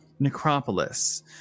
necropolis